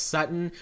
Sutton